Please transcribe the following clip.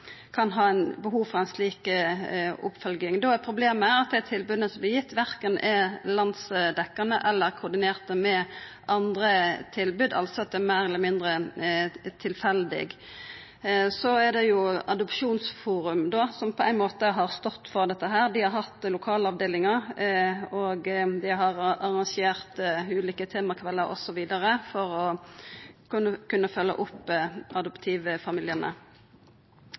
kan ha behov for ei slik oppfølging. Da er problemet at dei tilboda som vert gitt, verken er landsdekkjande eller koordinerte med andre tilbod, at det altså er meir eller mindre tilfeldig. Så er det jo Adopsjonsforum, som på ein måte har stått for dette. Dei har hatt lokalavdelingar, og dei har arrangert ulike temakveldar osv. for å kunne følgja opp adoptivfamiliane.